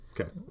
Okay